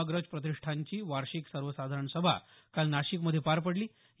कुसुमाग्रज प्रतिष्ठानची वार्षिक सर्वसाधारण सभा काल नाशिकमध्ये पार पडली